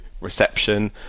reception